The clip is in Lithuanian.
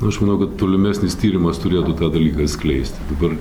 aš manau kad tolimesnis tyrimas turėtų tą dalyką atskleisti dabar